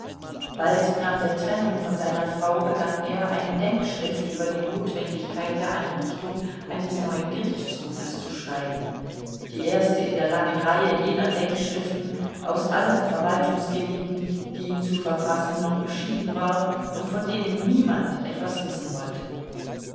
bald nach der trennung von seiner frau begann er eine denkschrift über die notwendigkeit der einrichtung eines neuen gerichtshofes zu schreiben die erste in der langen reihe jener denkschriften aus allen verwaltungsgebieten die ihm zu verfassen noch beschieden war und von denen niemand etwas wissen wollte